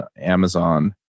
Amazon